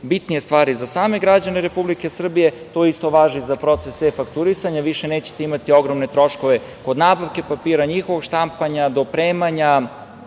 bitnije stvari za same građane Republike Srbije. To isto važi i za procese e-fakturisanja, više nećete imati ogromne troškove kod nabavke papira, njihovog štampanja, dopremanja,